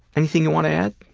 anything you want to add?